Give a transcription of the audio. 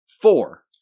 Four